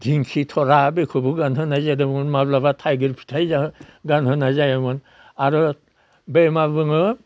धिंखि थरा बेखौबो गानहोनाय जादोंमोन माब्लाबा थाइगिर फिथाइ गानहोनाय जायोमोन आरो बै मा बुङो